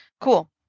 Cool